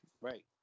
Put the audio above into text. Right